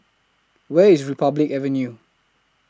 Where IS Republic Avenue